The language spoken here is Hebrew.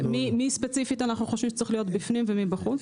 מי ספציפית אנחנו חושבים שצריך להיות בפנים ומי בחוץ.